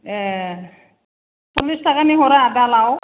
ए सलिस थाखानि हरा दालाव